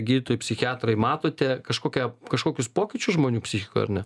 gydytojai psichiatrai matote kažkokią kažkokius pokyčius žmonių psichikoj ar ne